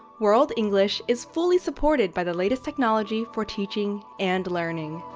world english is fully supported by the latest technology for teaching and learning.